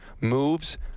moves